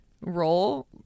role